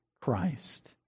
Christ